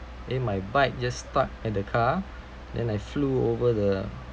then my bike just stuck at the car then I flew over the